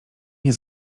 nie